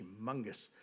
humongous